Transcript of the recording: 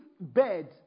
bed